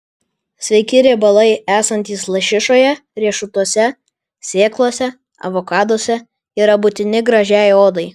sveiki riebalai esantys lašišoje riešutuose sėklose avokaduose yra būtini gražiai odai